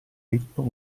ritmo